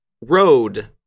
Road